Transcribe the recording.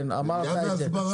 אמרת את זה.